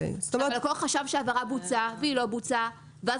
הלקוח חשב שההעברה בוצעה אבל היא לא בוצעה ואז